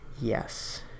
yes